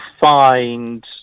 find